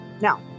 Now